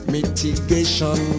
Mitigation